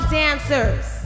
dancers